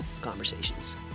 conversations